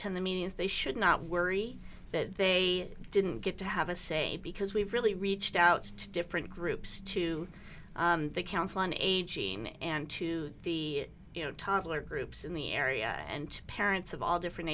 attend the means they should not worry that they didn't get to have a say because we've really reached out to different groups to the council on aging and to the you know toddler groups in the area and parents of all different